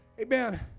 Amen